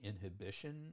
inhibition